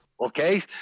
Okay